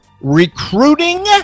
Recruiting